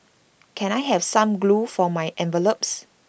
can I have some glue for my envelopes